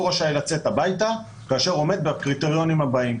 רשאי לצאת הביתה כאשר עומד בקריטריונים הבאים: